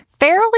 fairly